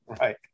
Right